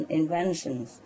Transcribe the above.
inventions